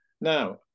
Now